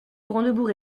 brandebourgs